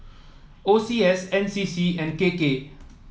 O C S N C C and K K